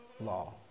law